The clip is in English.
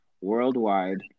worldwide